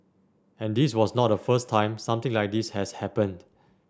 and this was not the first time something like this has happened